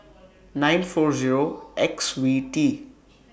nine four Zero X V T